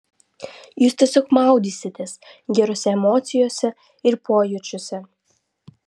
jūs tiesiog maudysitės gerose emocijose ir pojūčiuose